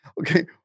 okay